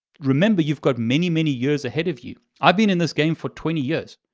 remember, you've got many, many years ahead of you. i've been in this game for twenty years,